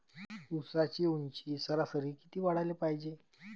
ऊसाची ऊंची सरासरी किती वाढाले पायजे?